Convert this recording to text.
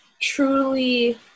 truly